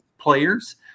players